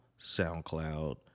SoundCloud